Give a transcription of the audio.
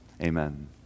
Amen